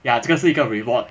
ya 这个是一个 reward